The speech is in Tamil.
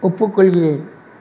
ஒப்புக்கொள்கிறேன்